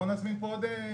בוא נעשה דיון,